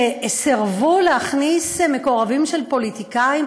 שסירבו להכניס מקורבים של פוליטיקאים,